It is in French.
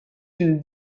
une